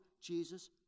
Jesus